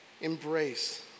embrace